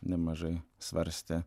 nemažai svarstę